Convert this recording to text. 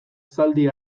zaldi